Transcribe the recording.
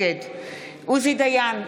22. באמת?